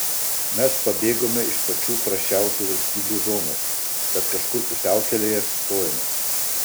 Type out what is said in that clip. mes pabėgome iš pačių prasčiausių valstybių zonos bet kažkur pusiaukelėje sustojome